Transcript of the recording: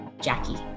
Jackie